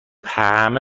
همه